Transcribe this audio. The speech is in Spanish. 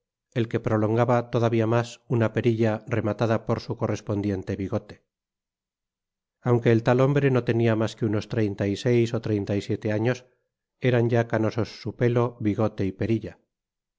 el que prolongaba todavía mas una perilla rematada por su correspondiente bigote aunque el tal hombre no tenia mas que unos treinta y seis ó treinta y siete años eran ya canosos su pelo bigote y perilla